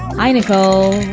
hi, nicole.